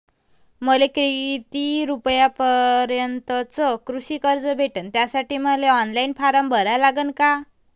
मले किती रूपयापर्यंतचं कृषी कर्ज भेटन, त्यासाठी मले ऑनलाईन फारम भरा लागन का?